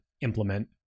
implement